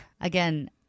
again